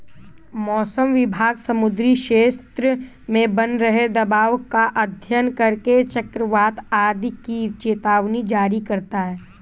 मौसम विभाग समुद्री क्षेत्र में बन रहे दबाव का अध्ययन करके चक्रवात आदि की चेतावनी जारी करता है